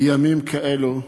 בימים כאלה,